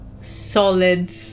solid